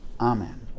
Amen